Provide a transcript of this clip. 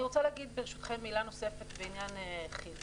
אני רוצה להגיד ברשותכם מילה נוספת בעניין כי"ל.